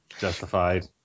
Justified